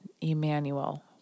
Emmanuel